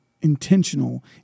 intentional